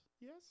Yes